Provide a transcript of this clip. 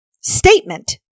statement